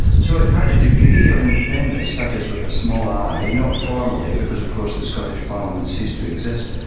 so it had a degree of independence, that is with a small i, not formally because of course the scottish parliament ceased to exist,